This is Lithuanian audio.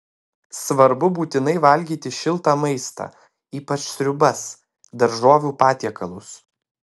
svarbu būtinai valgyti šiltą maistą ypač sriubas daržovių patiekalus